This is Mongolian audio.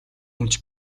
өмч